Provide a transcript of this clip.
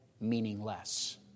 meaningless